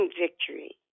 Victory